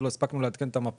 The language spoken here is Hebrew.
לא הכנסנו את זה לפה,